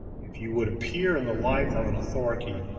if you would appear in the light of an authority,